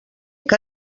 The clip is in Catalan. que